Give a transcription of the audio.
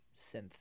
synth